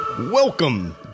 Welcome